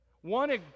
One